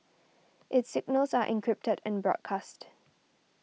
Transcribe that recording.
its signals are encrypted and broadcast